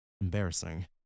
Embarrassing